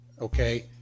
okay